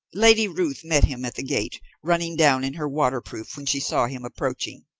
lady ruth met him at the gate, running down in her waterproof when she saw him approaching.